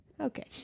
Okay